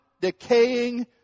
decaying